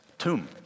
tomb